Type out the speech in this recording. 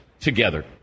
together